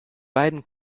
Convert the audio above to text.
beiden